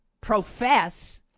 profess